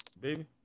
Baby